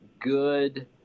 good